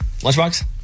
Lunchbox